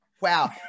Wow